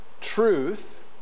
truth